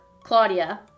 Claudia